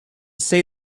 say